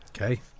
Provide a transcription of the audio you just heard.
Okay